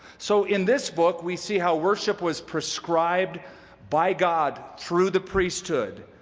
so in this book we see how worship was prescribed by god through the priesthood,